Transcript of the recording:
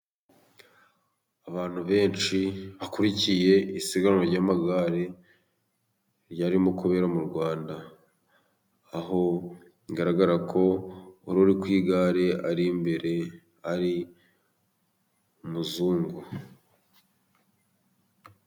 Abantu benshi bakurikiye isiganwa ry'amagare, ryarimo kubera mu Rwanda, aho bigaragara ko uriya uri ku igare uri imbere, ari umuzungu.